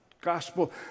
gospel